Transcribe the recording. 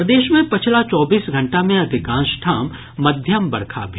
प्रदेश मे पछिला चौबीस घंटा मे अधिकांश ठाम मध्यम बरखा भेल